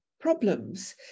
problems